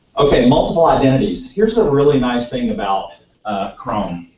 okay, multiple identities, here's a really nice thing about chrome.